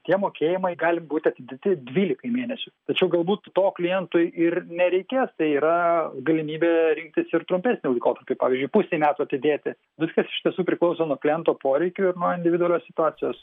tie mokėjimai gali būti atidėti dvylikai mėnesių tačiau galbūt to klientui ir nereikės tai yra galimybė rinktis ir trumpesnį laikotarpį pavyzdžiui pusei metų atidėti viskas iš tiesų priklauso nuo kliento poreikių ir nuo individualios situacijos